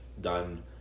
done